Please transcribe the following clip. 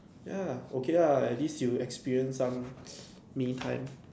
ya okay lah at least you experience some me time